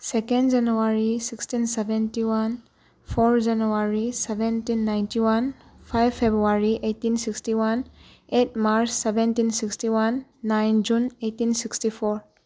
second January sixteen seventy one four January seventeen ninety one five February eighteen sixty one eight March seventeen sixty one nine June eighteen sixty four